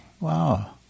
wow